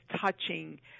touching